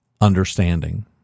understanding